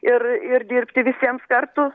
ir ir dirbti visiems kartu